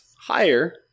higher